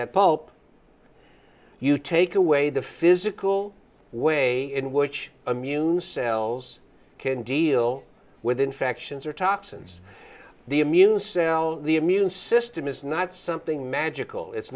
that pulp you take away the physical way in which immune cells can deal with infections or toxins the immune cells the immune system is not something magical it's